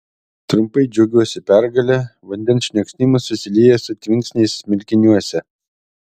trumpai džiaugiuosi pergale vandens šniokštimas susilieja su tvinksniais smilkiniuose